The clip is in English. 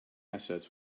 assets